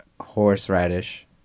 Horseradish